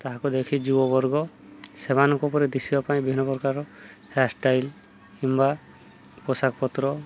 ତାହାକୁ ଦେଖି ଯୁବ ବର୍ଗ ସେମାନଙ୍କ ଉପରେ ଦିଶିବା ପାଇଁ ବିଭିନ୍ନ ପ୍ରକାର ହେୟାର୍ ଷ୍ଟାଇଲ୍ କିମ୍ବା ପୋଷାକପତ୍ର